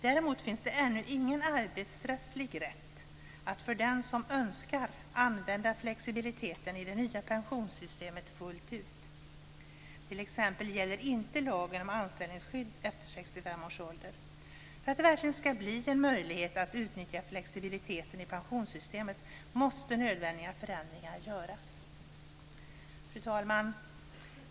Däremot finns det ännu ingen arbetsrättslig rätt att för den som så önskar använda flexibiliteten i det nya pensionssystemet fullt ut. T.ex. gäller inte lagen om anställningsskydd efter 65 års ålder. För att det verkligen ska bli en möjlighet att utnyttja flexibiliteten i pensionssystemet måste nödvändiga förändringar göras. Fru talman!